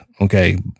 Okay